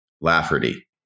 Lafferty